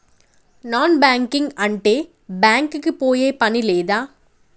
Non banking అంటే bank కి పోయే పని లేదా?